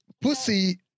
Pussy